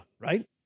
right